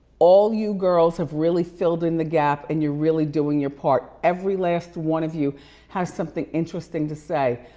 all you girls have really filled in the gap and you're really doing your part. every last one of you has something interesting to say.